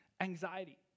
anxiety